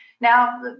Now